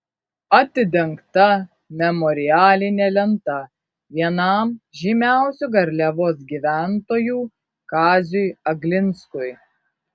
atidengta memorialinė lenta vienam žymiausių garliavos gyventojų kaziui aglinskui